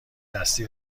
دستی